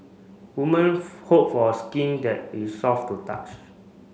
woman hope for a skin that is soft to touch